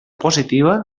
positiva